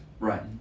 Right